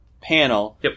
panel